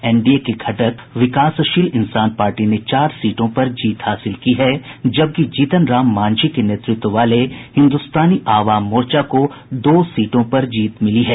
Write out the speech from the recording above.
NDA के घटक Vikassheel Insaan Party ने चार सीटों पर जीत हासिल की है जबकि जीतन राम मांझी के नेतृत्व वाले हिन्दुस्तानी आवाम मोर्चा दो सीटों पर जीत हासिल की है